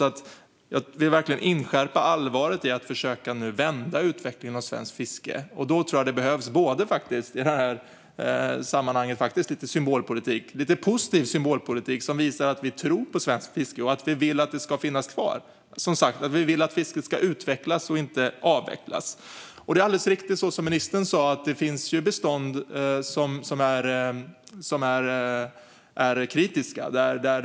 Jag vill verkligen inskärpa allvaret i detta så att vi försöker vända utvecklingen av svenskt fiske. Jag tror att det i detta sammanhang faktiskt behövs lite symbolpolitik - positiv sådan - som visar att vi tror på svenskt fiske och att vi vill att det ska finnas kvar. Det måste visa att vi vill att fisket ska utvecklas och inte avvecklas. Precis som ministern sa finns det bestånd som det är kritiskt för.